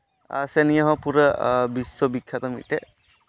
ᱟᱨ ᱥᱮ ᱱᱤᱭᱟᱹ ᱦᱚᱸ ᱯᱩᱨᱟᱹ ᱵᱤᱥᱥᱚ ᱵᱤᱠᱠᱷᱟᱛᱚ ᱢᱤᱫᱴᱮᱱ